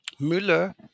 Müller